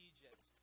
Egypt